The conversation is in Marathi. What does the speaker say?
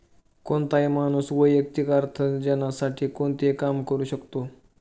कोणताही माणूस वैयक्तिक अर्थार्जनासाठी कोणतेही काम करू शकतो